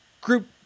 group